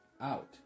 Out